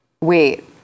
Wait